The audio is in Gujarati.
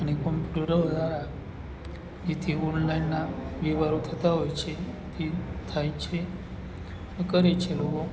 અને કોમ્પ્યુટરો દ્વારા જે તે ઓનલાઈનના વ્યવહારો થતા હોય છે તે થાય છે અને કરે છે લોકો